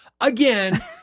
Again